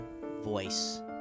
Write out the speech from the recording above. voice